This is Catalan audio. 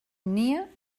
nia